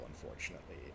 unfortunately